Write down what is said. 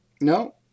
No